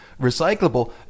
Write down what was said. recyclable